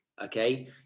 Okay